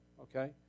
okay